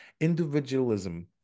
individualism